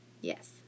Yes